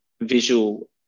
visual